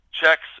checks